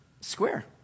square